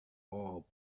all